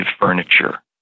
furniture